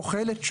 אוכלת,